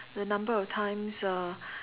the number of times uh